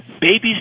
Babies